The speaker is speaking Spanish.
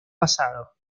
pasado